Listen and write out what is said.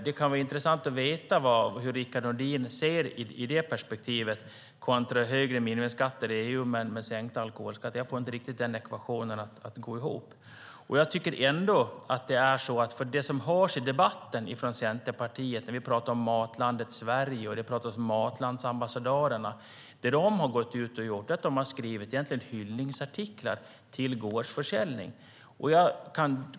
Hur ser Rickard Nordin på detta med högre minimiskatter inom EU men sänkt alkoholskatt i Sverige? Jag får inte den ekvationen att gå ihop. Matlandet Sveriges ambassadörer har skrivit hyllningsartiklar om gårdsförsäljning.